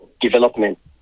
development